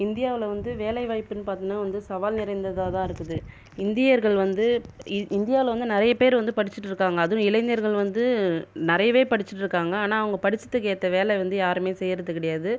இந்தியாவில் வந்து வேலை வாய்ப்புனு பார்த்தீங்ன்னா வந்து சவால் நிறைந்ததாக தான் இருக்குது இந்தியர்கள் வந்து இந் இந்தியாவில் வந்து நிறைய பேர் வந்து படிச்சிட்டு இருக்காங்கள் அதுவும் இளைஞர்கள் வந்து நிறையவே படிச்சிட்டு இருக்காங்கள் ஆனால் அவங்கள் படிச்சதுக்கு ஏற்ற வேலை வந்து யாருமே செய்கிறது கிடையாது